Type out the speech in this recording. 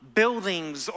buildings